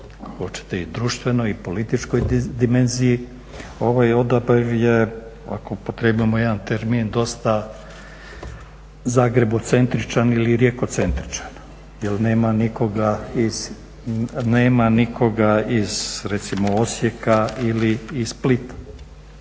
hoćete i društvenoj i političkoj dimenziji ovaj odabir je ako upotrijebimo jedan termin dosta zagrebocentričan ili rijekocentričan, jer nema nikoga iz recimo Osijeka ili iz Splita.